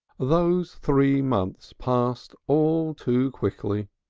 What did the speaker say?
those three months passed all too quickly